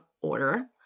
order